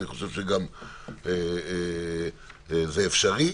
אני חושב שגם זה אפשרי,